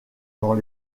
dans